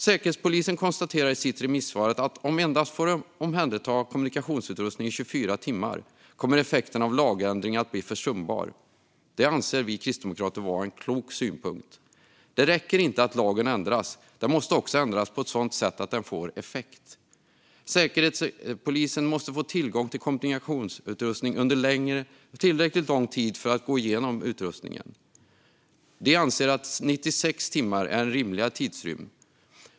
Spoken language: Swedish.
Säkerhetspolisen konstaterar i sitt remissvar att om de endast får omhänderta kommunikationsutrustning i 24 timmar kommer effekten av lagändringen att bli försumbar. Det anser vi kristdemokrater vara en klok synpunkt. Det räcker inte att lagen ändras, utan den måste också ändras på ett sådant sätt att den får effekt. Säkerhetspolisen måste få tillgång till kommunikationsutrustning under tillräckligt lång tid för att hinna gå igenom utrustningen och anser att 96 timmar är en rimligare tidsrymd.